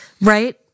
Right